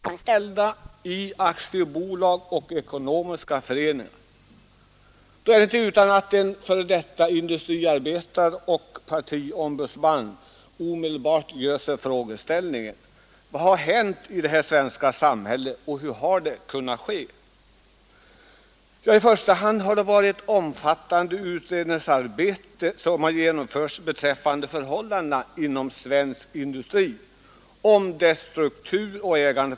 Herr talman! Jag hade tänkt försöka ange några principiella synpunkter på de viktiga frågor som berörs i propositionen 116 och näringsutskottet betänkande. Med utgångspunkt i detta är jag speciellt tillfredsställd med vad herr Börjesson i Glömminge sade om att förslaget innebär att vi kom mit in i en ny period i svenskt arbetsliv. Inför rubriken på näringsutskottets betänkande nr 62 och propositionen 116 om styrelserepresentation för de anställda i aktiebolag och ekonomiska föreningar är det inte utan att en f. d. industriarbetare och partiombudsman omedelbart frågar sig: Vad har hänt i det svenska samhället och hur har det kunnat ske?